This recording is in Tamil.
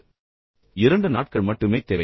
எனவே உங்களுக்கு இன்னும் இரண்டு நாட்கள் மட்டுமே தேவை